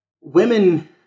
women